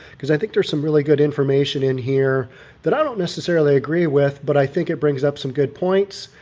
because i think there's some really good information in here that i don't necessarily agree with, but i think it brings up some good points.